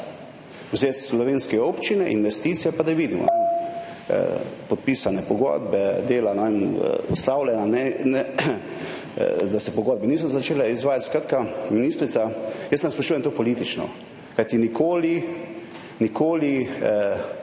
vzeti slovenske občine, investicije, pa da vidimo, podpisane pogodbe, dela ustavljena, da se pogodbe niso začele izvajati … Skratka, ministrica, jaz ne sprašujem politično, kajti nikoli